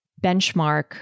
benchmark